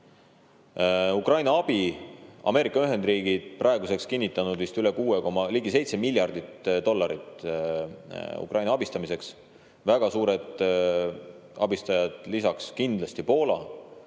abistamine. Ameerika Ühendriigid on praeguseks kinnitanud vist ligi 7 miljardit dollarit Ukraina abistamiseks. Väga suured abistajad. Lisaks kindlasti Poola,